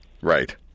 Right